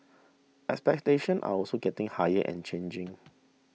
expectations are also getting higher and changing